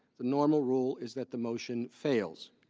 the normal rule is that the motion fails.